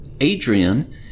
Adrian